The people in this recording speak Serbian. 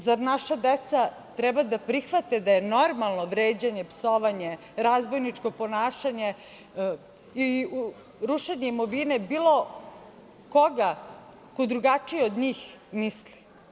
Zar naša deca treba da prihvate da je normalno vređanje, psovanje, razbojničko ponašanje i rušenje imovine bilo koga ko drugačije od njih misli?